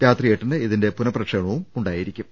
രാത്രി എട്ടിന് ഇതിന്റെ പുനഃപ്രക്ഷേപണവും ഉണ്ടായിരിക്കും